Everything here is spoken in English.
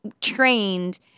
trained